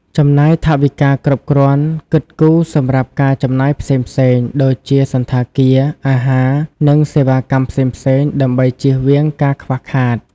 ចំណាយថវិកាគ្រប់គ្រាន់ គិតគូរសម្រាប់ការចំណាយផ្សេងៗ ដូចជាសណ្ឋាគារ អាហារ និងសេវាកម្មផ្សេងៗ ដើម្បីជៀសវាងការខ្វះខាត។